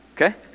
Okay